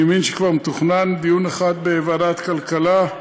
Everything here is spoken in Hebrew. אני מבין שכבר מתוכנן דיון אחד בוועדת הכלכלה,